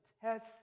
test